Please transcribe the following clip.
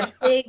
big